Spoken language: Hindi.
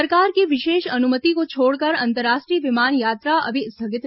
सरकार की विशेष अनुमति को छोड़कर अंतरराष्ट्रीय विमान यात्रा अभी स्थगित रहेगी